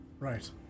Right